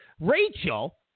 Rachel